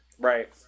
right